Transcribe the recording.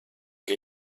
che